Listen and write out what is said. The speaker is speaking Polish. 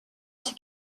się